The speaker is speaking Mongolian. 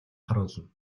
харуулна